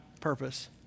purpose